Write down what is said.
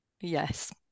Yes